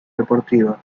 deportiva